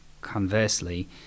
conversely